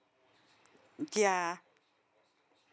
ya